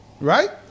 right